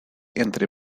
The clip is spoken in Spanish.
entre